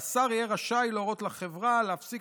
והשר יהיה רשאי להורות לחברה להפסיק